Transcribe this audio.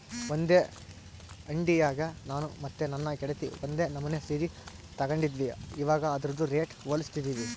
ಒಂದೇ ಅಂಡಿಯಾಗ ನಾನು ಮತ್ತೆ ನನ್ನ ಗೆಳತಿ ಒಂದೇ ನಮನೆ ಸೀರೆ ತಗಂಡಿದ್ವಿ, ಇವಗ ಅದ್ರುದು ರೇಟು ಹೋಲಿಸ್ತಿದ್ವಿ